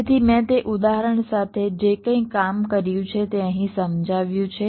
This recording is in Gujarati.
તેથી મેં તે ઉદાહરણ સાથે જે કંઇ કામ કર્યું છે તે અહીં સમજાવ્યું છે